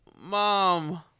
Mom